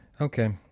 Okay